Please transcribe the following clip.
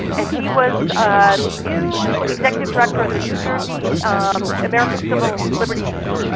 and he was the new executive director of the new jersey american civil liberties